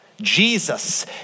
Jesus